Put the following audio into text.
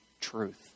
truth